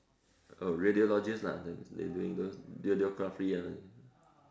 oh radiologist lah they they doing those radiography ah